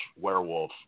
werewolf